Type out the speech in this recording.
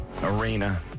arena